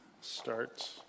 start